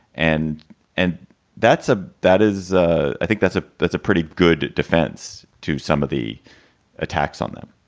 and and that's a that is ah i think that's a that's a pretty good defense to some of the attacks on that.